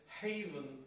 haven